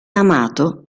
amato